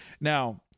Now